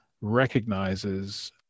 recognizes